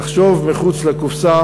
תחשוב מחוץ לקופסה